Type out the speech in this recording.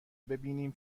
ببینیم